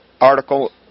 article